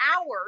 hours